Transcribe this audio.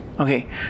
Okay